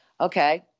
Okay